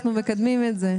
אנחנו מקדמים את זה.